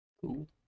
Cool